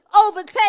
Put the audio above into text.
overtake